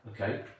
okay